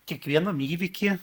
kiekvienam įvyky